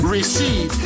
Receive